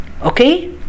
Okay